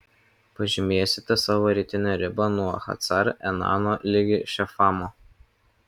pažymėsite savo rytinę ribą nuo hacar enano ligi šefamo